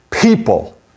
people